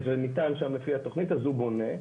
וניתן שם על פי התכנית, אז הוא בונה.